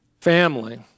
family